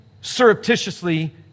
surreptitiously